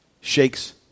shakes